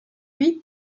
lui